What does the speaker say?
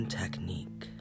technique